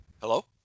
Hello